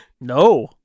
No